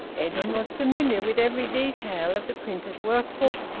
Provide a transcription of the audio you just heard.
edwin was familiar with every detail of the printer's work-book,